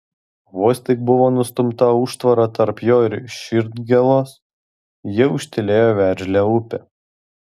vos tik buvo nustumta užtvara tarp jo ir širdgėlos jie ūžtelėjo veržlia upe